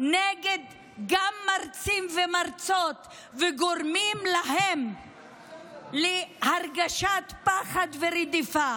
גם נגד מרצים ומרצות וגורמים להם להרגשת פחד ורדיפה.